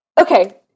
Okay